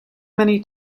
many